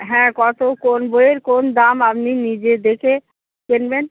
হ্যাঁ কত কোন বইয়ের কোন দাম আপনি নিজে দেখে কিনবেন